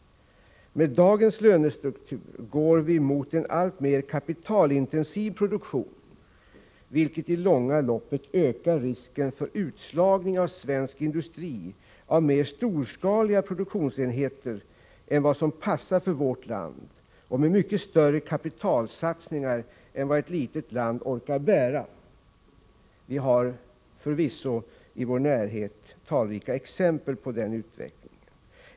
Med dagens lönestruktur går vi mot en alltmer kapitalintensiv produktion, vilket i långa loppet ökar risken för utslagning av svensk industri av mer storskaliga produktionsenheter än vad som passar för vårt land och med mycket större kapitalsatsningar än vad ett litet land orkar bära. Vi har förvisso i vår närhet talrika exempel på den utvecklingen.